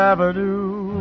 Avenue